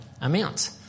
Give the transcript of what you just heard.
amount